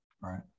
right